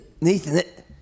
Nathan